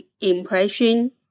impression